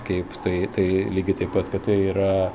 kaip tai tai lygiai taip pat kad tai yra